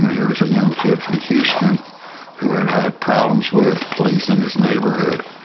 here was a young kid from houston who had had problems with police in his neighborhood.